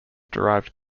derived